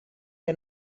que